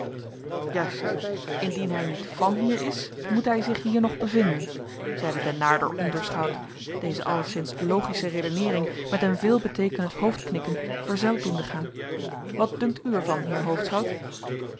juist indien hij niet van hier is moet hij zich hier nog bevinden zeide de naarder onderschout deze alleszins logische redeneering met een veelbeteekenend hoofdknikken verzeld doende gaan wat dunkt u er van